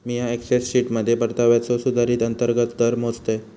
मिया एक्सेल शीटमध्ये परताव्याचो सुधारित अंतर्गत दर मोजतय